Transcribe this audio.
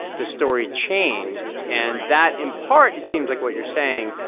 the story changed. and that, in part, it seems like what you're saying,